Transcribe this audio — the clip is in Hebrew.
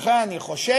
לכן אני חושש